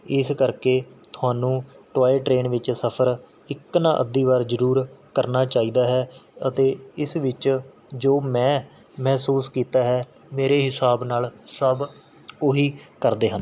ਇਸ ਕਰਕੇ ਤੁਹਾਨੂੰ ਟੋਆਏ ਟ੍ਰੇਨ ਵਿੱਚ ਸਫ਼ਰ ਇੱਕ ਨਾ ਅੱਧੀ ਵਾਰ ਜ਼ਰੂਰ ਕਰਨਾ ਚਾਹੀਦਾ ਹੈ ਅਤੇ ਇਸ ਵਿੱਚ ਜੋ ਮੈਂ ਮਹਿਸੂਸ ਕੀਤਾ ਹੈ ਮੇਰੇ ਹਿਸਾਬ ਨਾਲ਼ ਸਭ ਉਹੀ ਕਰਦੇ ਹਨ